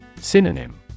Synonym